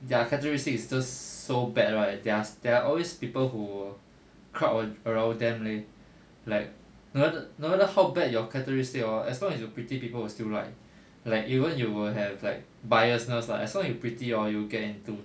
they're characteristic is just so bad right they're they're always people who will crowd around them leh like no matter no matter how bad your characteristic hor as long as you pretty people will still like like even you will have like bias-ness lah as long you pretty hor you will get into